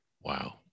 wow